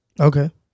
Okay